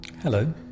Hello